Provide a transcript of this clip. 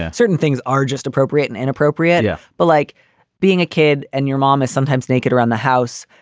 ah certain things are just appropriate and inappropriate. yeah but like being a kid and your mom is sometimes naked around the house,